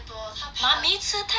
mummy 吃太多